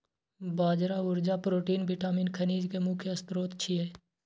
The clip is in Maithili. बाजरा ऊर्जा, प्रोटीन, विटामिन, खनिज के मुख्य स्रोत छियै